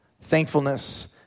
thankfulness